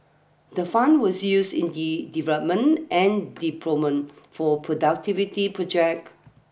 the fund were used in the development and deployment for productivity project